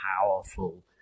powerful